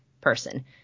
person